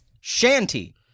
Shanty